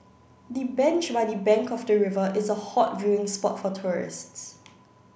the bench by the bank of the river is a hot viewing spot for tourists